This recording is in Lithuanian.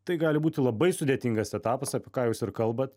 tai gali būti labai sudėtingas etapas apie ką jūs ir kalbat